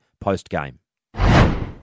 post-game